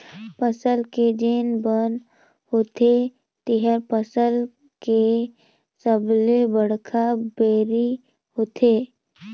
फसल के जेन बन होथे तेहर फसल के सबले बड़खा बैरी होथे